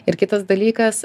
ir kitas dalykas